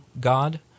God